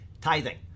Tithing